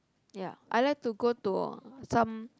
ya I like to go to some